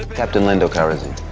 captain lando calreesian